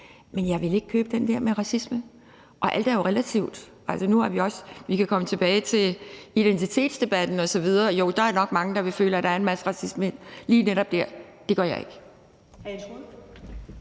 Men jeg vil ikke købe den der med racisme. Alt er jo relativt. Vi kan komme tilbage til identitetsdebatten osv., og jo, der er nok mange, der vil føle, at der er en masse racisme lige netop der. Det gør jeg ikke.